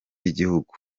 igihugu